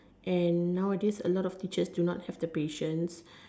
and nowadays a lot of teachers do not have the patience